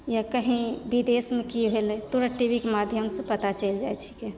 या कहीँ बिदेशमे की भेलै तुरत टीबीके माध्यम से पता चलि जाइत छिकै